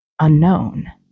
Unknown